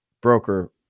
broker